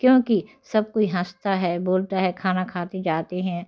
क्योंकि सब कोई हँसता है बोलता है खाना खाते जाते हैं